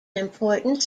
important